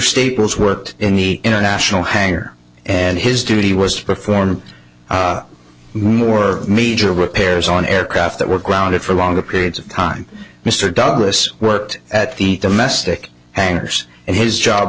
staples worked in the international hangar and his duty was to perform more major repairs on aircraft that were grounded for longer periods of time mr douglas worked at the domestic hangars and his job